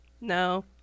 No